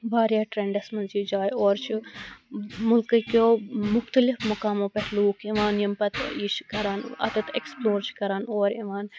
واریاہ ٹرنٛڈَس منٛز یہِ جاے اور چھِ ملکہٕ کؠو مُختٔلِف مُقامُو پؠٹھ لُکھ یِوان یِم پَتہٕ یہِ چھِ کران اَتیٚتھ ایٚکٕسپُلوٗر چھِ کران اور یِوان